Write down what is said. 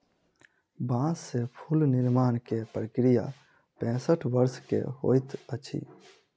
बांस से फूल निर्माण के प्रक्रिया पैसठ वर्ष के होइत अछि